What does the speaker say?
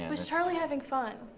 was charlie having fun?